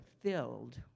filled